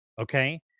Okay